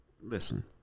listen